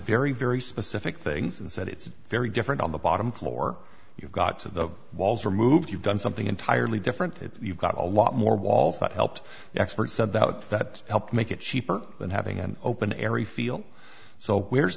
very very specific things and said it's very different on the bottom floor you've got to the balls are moved you've done something entirely different that you've got a lot more balls that helped experts said out that help make it cheaper than having an open area feel so where's